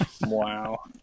Wow